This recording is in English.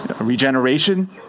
Regeneration